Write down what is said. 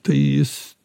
tai jis